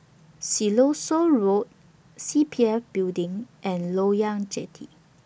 Siloso Road C P F Building and Loyang Jetty